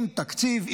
עם תקציב,